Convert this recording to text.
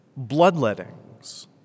bloodlettings